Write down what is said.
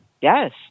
yes